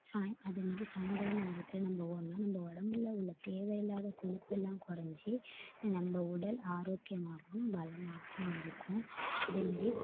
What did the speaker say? சாய் அதேமாரி சாயந்தர நேரத்தில் நம்ம ஓடினா நம்ம உடம்புல உள்ள தேவையில்லாத கொழுப்பெல்லாம் குறஞ்சி நம்ம உடல் ஆரோக்கியமாகவும் பலமாகவும் இருக்கும் அதேமாரி